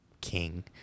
king